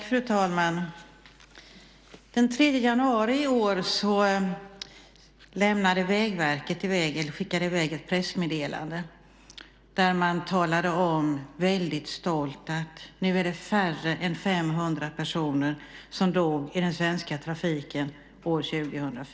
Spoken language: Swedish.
Fru talman! Den 3 januari i år skickade Vägverket ett pressmeddelande där man väldigt stolt talade om att det var färre än 500 personer som dog i den svenska trafiken år 2004.